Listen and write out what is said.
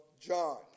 John